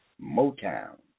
Motown